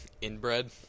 Inbred